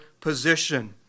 position